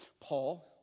Paul